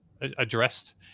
addressed